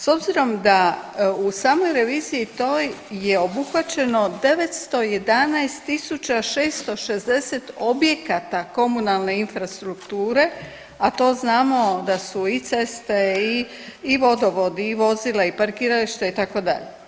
S obzirom da u samoj reviziji toj je obuhvaćeno 911660 objekata komunalne infrastrukture, a to znamo da su i ceste i vodovodi i vozila i parkiralište itd.